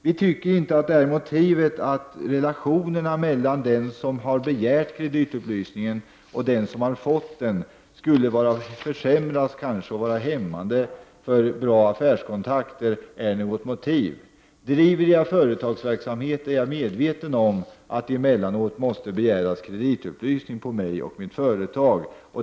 Vi menar att det inte är något motiv att relationerna mellan den som har begärt kreditupplysningen och den som har fått den kanske skulle försämras och att det kanske skulle vara hämmande för bra affärskontakter. Driver jag en företagsverksamhet är jag medveten om att det emellanåt måste begäras kreditupplysning om mig och mitt företag.